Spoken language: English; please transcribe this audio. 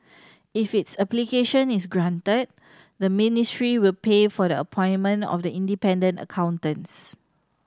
if its application is granted the ministry will pay for the appointment of the independent accountants